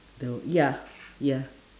though ya ya